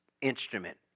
instrument